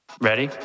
Ready